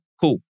cool